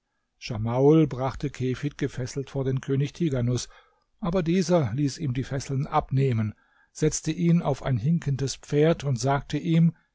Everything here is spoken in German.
schamauel brachte kefid gefesselt vor den könig tighanus aber dieser ließ ihm die fesseln abnehmen setzte ihn auf ein hinkendes pferd und sagte ihm